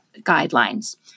guidelines